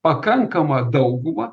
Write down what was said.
pakankamą daugumą